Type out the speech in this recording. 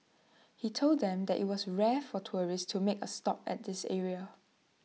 he told them that IT was rare for tourists to make A stop at this area